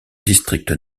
district